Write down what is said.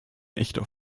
echter